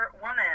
woman